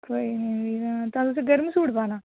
कोई निं फ्ही तां फ्ही गर्म सूट पाना